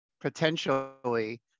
potentially